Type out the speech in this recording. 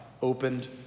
opened